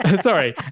Sorry